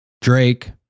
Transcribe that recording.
Drake